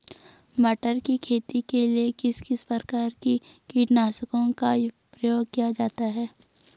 टमाटर की खेती के लिए किस किस प्रकार के कीटनाशकों का प्रयोग किया जाता है?